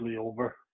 over